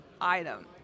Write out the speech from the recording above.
item